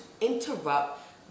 interrupt